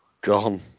gone